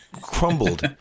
crumbled